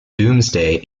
doomsday